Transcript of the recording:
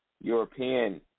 European